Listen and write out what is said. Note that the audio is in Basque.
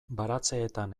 baratzeetan